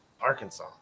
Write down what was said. Arkansas